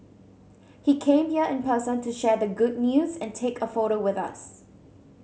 he came here in person to share the good news and take a photo with us